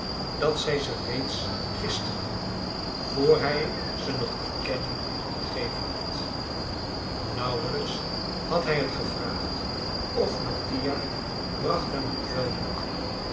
dat zij ze reeds gisten vr hij ze nog te kennen gegeven had nauwelijks had hij het gevraagd of mattia bracht hem een